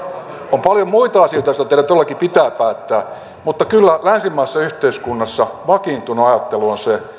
on paljon muita asioita joista teidän todellakin pitää päättää mutta kyllä länsimaisessa yhteiskunnassa vakiintunut ajattelu on se